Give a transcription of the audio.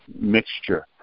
mixture